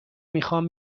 میخوام